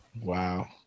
Wow